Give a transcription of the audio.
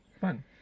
Fun